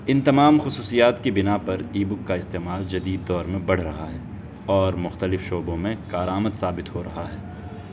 ان تمام خصوصیات کی بنا پر ای بک کا استعمال جدید دور میں بڑھ رہا ہے اور مختلف شعبوں میں کارآمد ثابت ہو رہا ہے